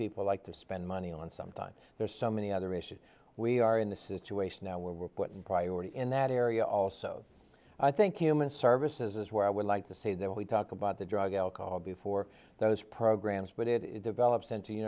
people like to spend money on sometimes there's so many other issues we are in the situation now where we're putting priority in that area also i think human services is where i would like to say that we talk about the drug alcohol before those programs but it develops into you